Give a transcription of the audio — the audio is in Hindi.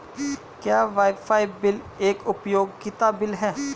क्या वाईफाई बिल एक उपयोगिता बिल है?